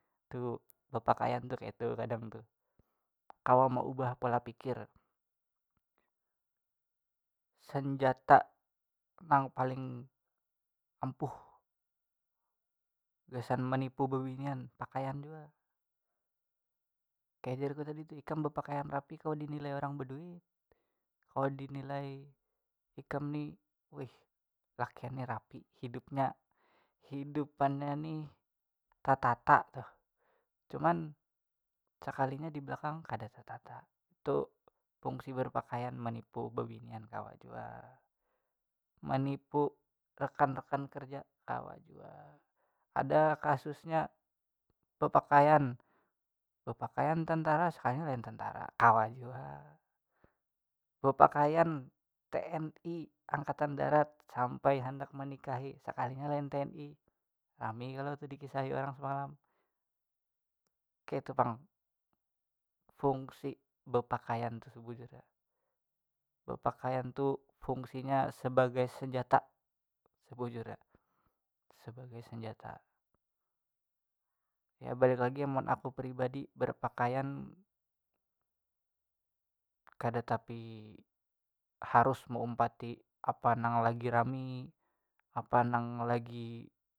Tu bepakaian tu kaitu kadang tuh kawa maubah pola pikir senjata nang paling ampuh gasan menipu bebinian pakaian jua kaya jar ku tadi tuh ikam bepakaian rapi kawa dinilai urang baduit kawa dinilai ikam ni wih lakian nih rapi hidupnya kehidupannya nih tetata tuh cuman sekalinya di belakang kada tetata tu fungsinya berpakaian menipu bebinian kawa jua menipu rekan- rekan kerja kawa jua ada kasusnya bepakaian bepakaian tentara sekalinya lain tentara kawa jua bepakaian tni angkatan darat sampai handak menikahi sekalinya lain tni rami kalo tuh dikisahi orang semalam kaitu pang fungsi bepakaian tuh sebujurnya bepakaian tuh fungsinya sebagai senjata sebujurnya sebagai senjata ya balik lagi amun aku pribadi berpakaian kada tapi harus maumpati apa nang lagi rami apa nang lagi.